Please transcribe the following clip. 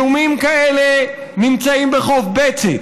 איומים כאלה נמצאים בחוף בצת,